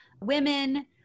women